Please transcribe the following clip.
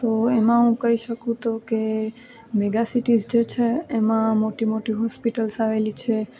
તો એમાં હું કહી શકું તો કે મેગા સિટીસ જે છે એમાં મોટી મોટી હોસ્પિટલ્સ આવેલી છે